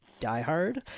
diehard